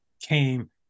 came